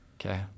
Okay